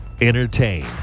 Entertain